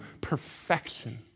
perfection